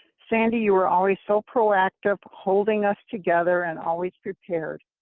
sandy, you are always so proactive holding us together and always prepared.